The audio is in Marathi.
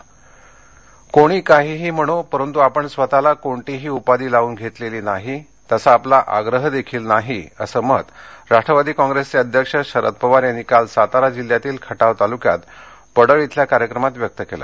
पवार सातारा कोणी काहीही म्हणो परंतू आपण स्वतःला कोणतीही उपाधी लावून घेतलेली नाही तसा आपला आग्रह देखील नाही असं मत राष्ट्र्वादी काँग्रेसचे अध्यक्ष शरद पवार यांनी काल सातारा जिल्ह्यातील खटाव तालुक्यात पडळ इथल्या एका कार्यक्रमात व्यक्त केलं